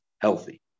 healthy